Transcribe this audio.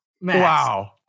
Wow